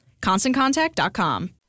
ConstantContact.com